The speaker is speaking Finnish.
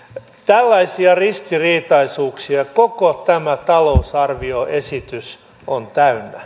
tällaisia ristiriitaisuuksia koko tämä talousarvioesitys on täynnä